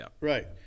right